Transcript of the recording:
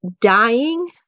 dying